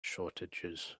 shortages